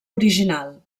original